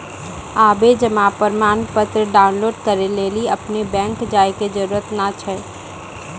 आबे जमा प्रमाणपत्र डाउनलोड करै लेली अपनो बैंक जाय के जरुरत नाय छै